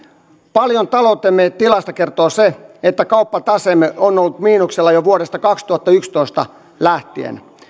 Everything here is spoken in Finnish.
paljon taloutemme tilasta kertoo se että kauppataseemme on ollut miinuksella jo vuodesta kaksituhattayksitoista lähtien